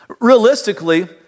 Realistically